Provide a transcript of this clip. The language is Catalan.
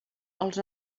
els